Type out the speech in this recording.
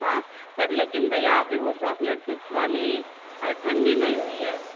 हाँ पर लेकिन भैया अभी वो चॉकलेट चिप्स वाली ठंडी नहीं हुई है